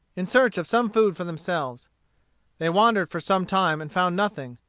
in search of some food for themselves they wandered for some time, and found nothing.